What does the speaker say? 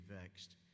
vexed